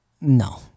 No